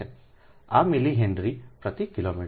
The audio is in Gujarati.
આ મિલી હેનરી પ્રતિ કિલોમીટર છે